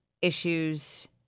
issues